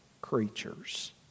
creatures